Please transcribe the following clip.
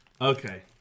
Okay